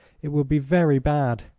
it will be very bad.